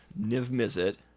Niv-Mizzet